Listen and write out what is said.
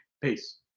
Peace